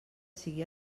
sigui